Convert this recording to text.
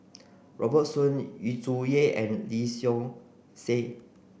Robert Soon Yu Zhuye and Lee Seow Ser